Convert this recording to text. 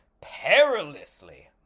perilously